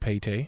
PT